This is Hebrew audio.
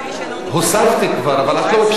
הוספתי כבר, אבל את לא הקשבת.